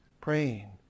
praying